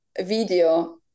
video